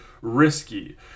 risky